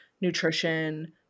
nutrition